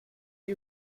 die